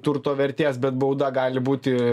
turto vertės bet bauda gali būti